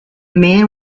man